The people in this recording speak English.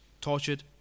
tortured